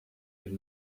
had